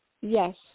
Yes